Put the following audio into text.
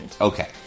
Okay